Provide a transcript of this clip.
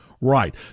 right